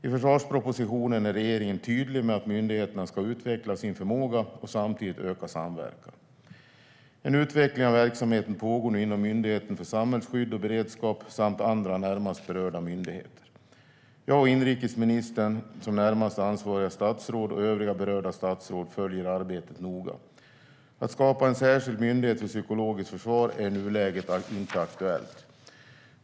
I försvarspropositionen är regeringen tydlig med att myndigheterna ska utveckla sin förmåga och samtidigt öka samverkan. En utveckling av verksamheten pågår nu inom Myndigheten för samhällsskydd och beredskap samt andra närmast berörda myndigheter. Jag och inrikesministern som närmast ansvariga statsråd och övriga berörda statsråd följer arbetet noga. Att skapa en särskild myndighet för psykologiskt försvar är i nuläget inte aktuellt.